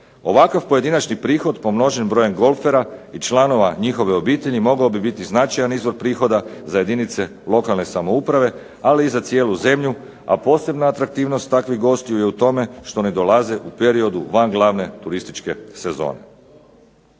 Ovakav pojedinačni prihod pomnožen brojem golfera i članova njihove obitelji mogao bi biti značajan izvor prihoda za jedinice lokalne samouprave, ali i za cijelu zemlju, a posebna atraktivnost takvih gostiju je u tome što ne dolaze u periodu van glavne turističke sezone.